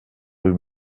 rue